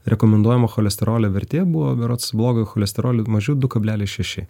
rekomenduojama cholesterolio vertė buvo berods blogojo cholesterolio mažiau du kablelis šeši